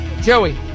Joey